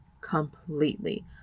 completely